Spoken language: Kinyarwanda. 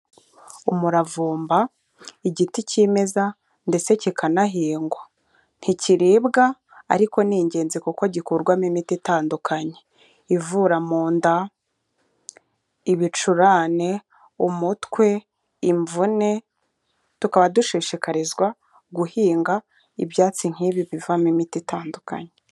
Umuravumba, igiti kimeza ndetse kikanahingwa. Ntikiribwa ariko ni ingenzi kuko gikurwamo imiti itandukanye. Ivura mu nda, ibicurane, umutwe, imvune, tukaba dushishikarizwa guhinga ibyatsi nk'ibi bivamo imiti itandukanye.